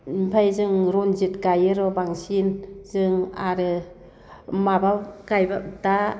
ओमफाय जों रनजित गायोर' बांसिन जों आरो माबा गायब्ला दा